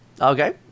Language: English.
Okay